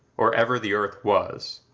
or ever the earth was.